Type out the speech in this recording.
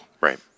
Right